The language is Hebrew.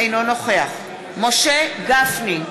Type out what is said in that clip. אינו נוכח משה גפני,